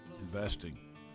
investing